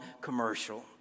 commercial